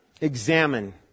Examine